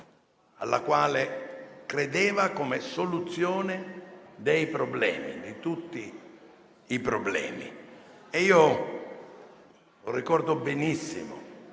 alla quale credeva come soluzione dei problemi, di tutti i problemi. Io ricordo benissimo